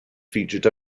featured